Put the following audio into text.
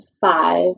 five